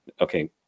okay